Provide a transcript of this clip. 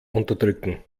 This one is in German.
unterdrücken